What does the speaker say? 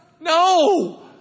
No